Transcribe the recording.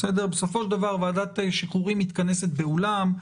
בסופו של דבר ועדת שחרורים מתכנסת באולם.